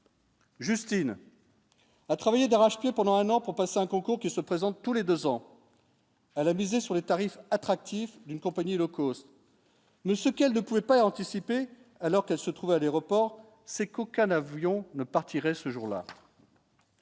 Justine a travaillé d'arrache-pied pendant un an pour passer un concours qui se présentent tous les 2 ans, elle a misé sur les tarifs attractifs d'une compagnie low cost ne ce qu'elle ne pouvait pas anticiper, alors que se trouve à l'aéroport. C'est qu'aucun avion ne partirait ce jour-là.